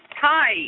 Hi